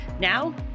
Now